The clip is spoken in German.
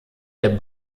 der